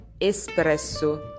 espresso